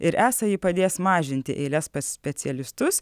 ir esą ji padės mažinti eiles pas specialistus